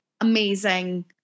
amazing